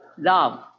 love